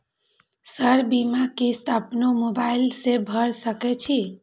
Sir बीमा किस्त अपनो मोबाईल से भर सके छी?